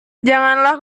janganlah